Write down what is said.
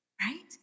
right